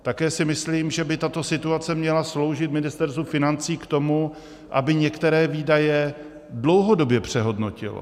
Také si myslím, že by tato situace měla sloužit Ministerstvu financí k tomu, aby některé výdaje dlouhodobě přehodnotilo.